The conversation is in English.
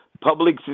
public